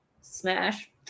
smash